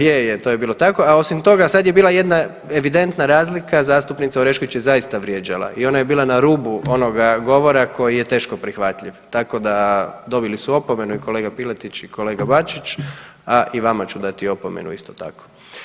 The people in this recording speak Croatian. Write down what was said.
Je, je, to je bilo tako a osim toga sad je bila jedna evidentna razlika zastupnica Orešković je zaista vrijeđala i ona je bila na rubu onoga govora koji je teško prihvatljiv, tako da dobili su opomenu i kolega Piletić i kolega Bačić, a i vama ću dati opomenu isto tako.